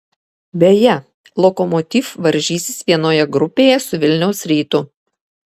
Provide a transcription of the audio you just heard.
beje lokomotiv varžysis vienoje grupėje su vilniaus rytu